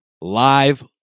live